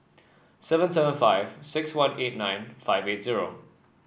seven seven five six one eight nine five eight zero